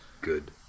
Good